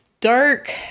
dark